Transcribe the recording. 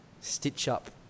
stitch-up